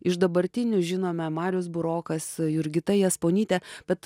iš dabartinių žinome marius burokas jurgita jasponytė bet